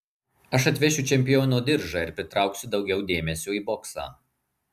aš atvešiu čempiono diržą ir pritrauksiu daugiau dėmesio į boksą